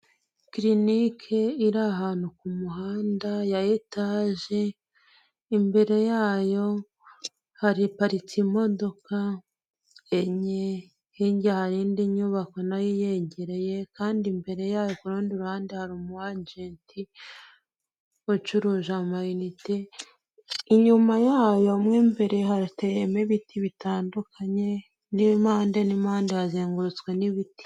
Clinic iri ahantu ku muhanda ya etage, imbere yayo haparitse imodoka enye hirya hari indi nyubako nayo yegereye, kandi imbere yayo ku rundi ruhande hari umu agenti ucuruje amanite inyuma. Inyuma yayo imbere hateye ibiti bitandukanye n'imipande n'impande hazengurutswe n'ibiti.